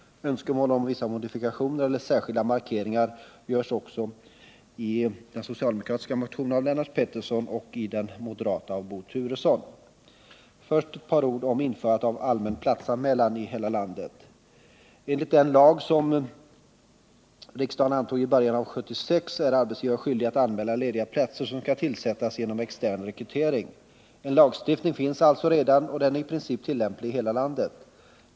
Önskemål om vissa modifikationer eller särskilda markeringar görs också i den socialdemokratiska motionen av Lennart Pettersson och i den moderata motionen av Bo Turesson. Jag tar först upp frågan om införandet av allmän platsanmälan i hela landet. Enligt den lag härom som riksdagen antog i början av år 1976 är arbetsgivare skyldig att anmäla lediga platser som skall tillsättas genom extern rekrytering. En lagstiftning finns alltså redan, och den är i princip tillämplig i hela landet.